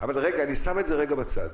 אבל אני שם את זה רגע בצד.